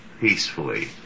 peacefully